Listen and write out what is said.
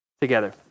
together